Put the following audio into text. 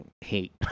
hate